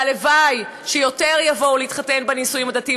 שהלוואי שיותר יבואו להתחתן בנישואים הדתיים.